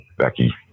Becky